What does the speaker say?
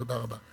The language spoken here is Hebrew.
תודה רבה.